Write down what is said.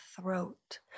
throat